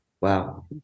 Wow